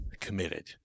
committed